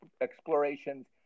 explorations